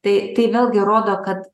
tai tai vėlgi rodo kad